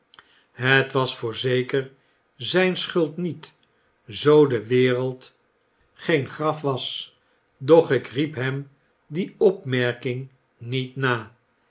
het was voorzeker zyn schuld niet zoo de wereld geen graf was doch ik riep hem die opraerking niet na